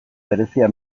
berezia